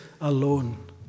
Alone